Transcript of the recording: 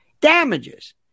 damages